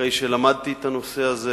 אחרי שלמדתי את הנושא הזה